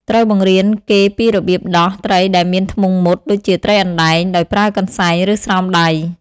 ត្រូវបង្រៀនគេពីរបៀបដោះ ត្រីដែលមានធ្មង់មុត ដូចជាត្រីអណ្ដែង ដោយប្រើកន្សែង ឬស្រោមដៃ។